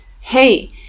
hey